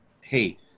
hey